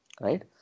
right